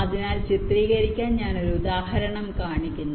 അതിനാൽ ചിത്രീകരിക്കാൻ ഞാൻ ഒരു ഉദാഹരണം കാണിക്കുന്നു